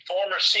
Former